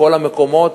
בכל המקומות.